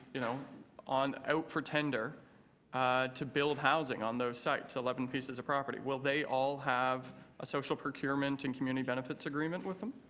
you know on out for tender to build housing on those sites. eleven pieces of property. will they all have a social pro procurement and community benefits agreement with them.